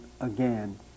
again